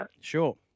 Sure